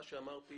מה שאמרתי